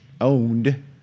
owned